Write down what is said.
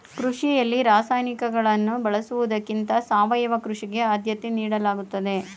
ಕೃಷಿಯಲ್ಲಿ ರಾಸಾಯನಿಕಗಳನ್ನು ಬಳಸುವುದಕ್ಕಿಂತ ಸಾವಯವ ಕೃಷಿಗೆ ಆದ್ಯತೆ ನೀಡಲಾಗುತ್ತದೆ